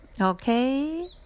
Okay